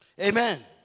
Amen